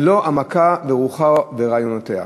ללא העמקה ברוחה ורעיונותיה.